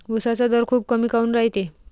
उसाचा दर खूप कमी काऊन रायते?